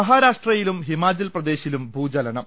മഹാരാഷ്ട്രയിലും ഹിമാചൽ പ്രദേശിലും ഭൂചലനം